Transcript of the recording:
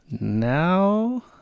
now